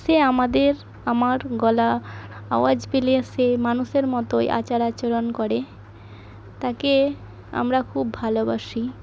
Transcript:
সে আমাদের আমার গলা আওয়াজ পেলে সে মানুষের মতোই আচার আচরণ করে তাকে আমরা খুব ভালোবাসি